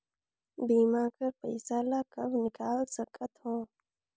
बीमा कर पइसा ला कब निकाल सकत हो?